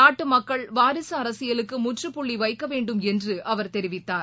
நாட்டுமக்கள் வாரிக அரசியலுக்குமுற்றுப்புள்ளிவைக்கவேண்டும் அவர் தெரிவித்தார்